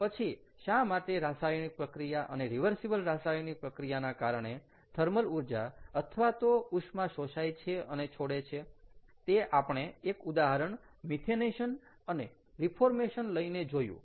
પણ પછી શા માટે રાસાયણિક પ્રક્રિયા અને રીવર્સીબલ રાસાયણિક પ્રક્રિયા ના કારણે થર્મલ ઊર્જા અથવા તો ઉષ્મા શોષાય છે અને છોડે છે તે આપણે એક ઉદાહરણ મિથેનેશન અને રીફોર્મેશન લઈને જોયું